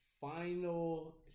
final